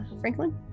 Franklin